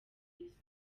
mwiza